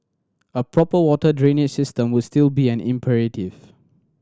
a proper water drainage system would still be an imperative